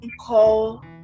call